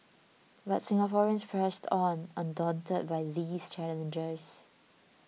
but Singaporeans pressed on undaunted by these challenges